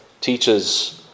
teaches